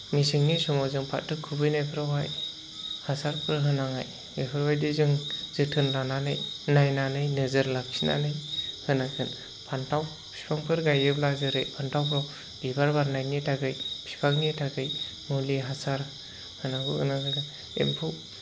मेसेंनि समाव जों फाथो खुबैनायफोरावहाय हासारफोर होनानै बेफोरबायदि जों जोथोन लानानै नायनानै नोजोर लाखिनानै होनांगोन फान्थाव बिफांफोर गायोब्ला जेरै फान्थावफोराव बिबार बारनायनि थाखाय बिफांनि थाखाय मुलि हासार होनांगौ गोनां जागोन एम्फौ